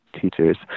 teachers